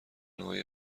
های